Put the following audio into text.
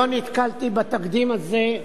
לא נתקלתי בתקדים הזה,